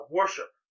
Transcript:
worship